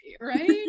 right